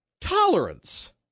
tolerance